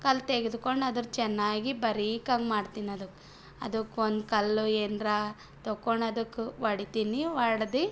ಕಲ್ಲು ತೆಗೆದುಕೊಂಡು ಅದರ ಚೆನ್ನಾಗಿ ಬರೀಕಾಗಿ ಮಾಡ್ತೀನಿ ಅದಕ್ಕೆ ಅದಕ್ಕೆ ಒಂದು ಕಲ್ಲು ಏನರ ತಗೊಂಡು ಅದಕ್ಕೆ ಹೊಡೀತ್ತೀನಿ ಹೊಡ್ದಿ